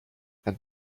and